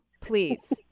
please